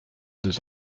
deux